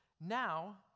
now